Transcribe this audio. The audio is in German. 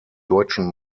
deutschen